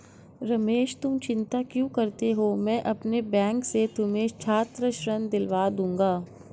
रमेश तुम चिंता क्यों करते हो मैं अपने बैंक से तुम्हें छात्र ऋण दिलवा दूंगा